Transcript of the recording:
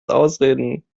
ausreden